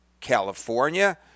California